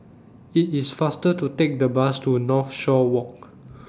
IT IS faster to Take The Bus to Northshore Walk